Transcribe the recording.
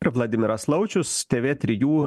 ir vladimiras laučius tv trijų